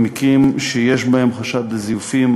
במקרים שיש בהם חשד לזיופים,